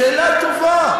שאלה טובה.